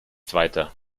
zweiter